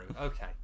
okay